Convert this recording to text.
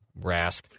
Rask